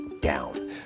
down